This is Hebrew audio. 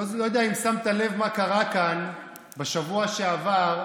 לא יודע אם שמת לב מה קרה כאן בשבוע שעבר,